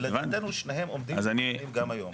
ולדעתנו שניהם עומדים וקיימים גם היום.